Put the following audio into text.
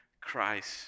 Christ